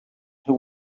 who